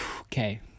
Okay